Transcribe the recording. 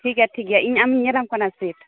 ᱴᱷᱤᱠ ᱜᱮᱭᱟ ᱴᱷᱤᱠ ᱜᱮᱭᱟ ᱤᱧ ᱟᱢᱤᱧ ᱧᱮᱞᱟᱢ ᱠᱟᱱᱟ ᱥᱤᱴ